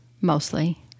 mostly